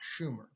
Schumer